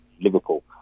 liverpool